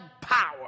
power